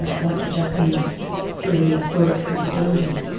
ah like the japanese series, urotsukidoji.